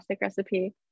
recipe